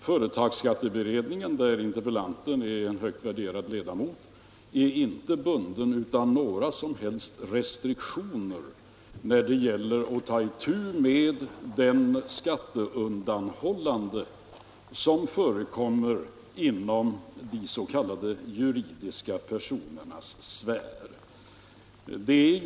Företagsskatteberedningen, där interpellanten är en högt värderad ledamot, är inte bunden av några som helst restriktioner när det gäller att ta itu med det skatteundanhållande som förekommer inom de s.k. juridiska personernas sfär.